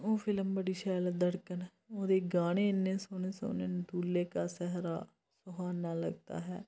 ओह् फिल्म बड़ी शैल धड़कन ओह्दे गाने इन्ने सोह्ने सोह्ने न दुल्हे का सेहरा सुहाना लगता है